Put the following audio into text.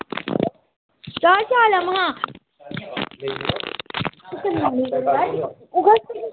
केह् हाल चाल ऐ महा